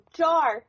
jar